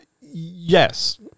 yes